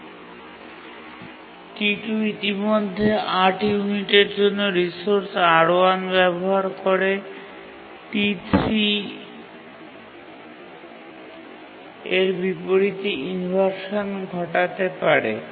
T2 ইতিমধ্যে ৮ ইউনিটের জন্য রিসোর্স R1 ব্যবহার করে T3 এর বিপরীতে ইনভারশান ঘটাতে পারে